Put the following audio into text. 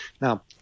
Now